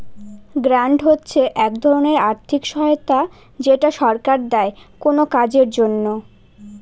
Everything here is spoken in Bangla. গ্রান্ট হচ্ছে এক ধরনের আর্থিক সহায়তা যেটা সরকার দেয় কোনো কাজের জন্য